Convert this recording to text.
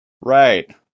right